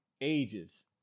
ages